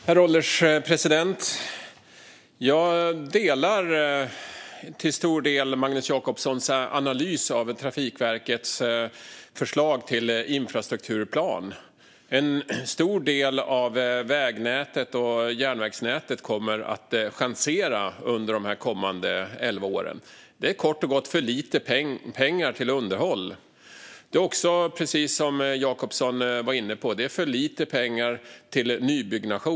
Herr ålderspresident! Jag delar till stor del Magnus Jacobssons analys av Trafikverkets förslag till infrastrukturplan. En stor del av väg och järnvägsnätet kommer att changera under de kommande elva åren. Det är kort och gott för lite pengar till underhåll. Precis som Jacobsson var inne på är det också för lite pengar till nybyggnation.